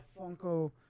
Funko